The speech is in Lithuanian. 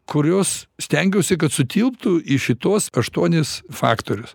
kurios stengiausi kad sutilptų į šituos aštuonis faktorius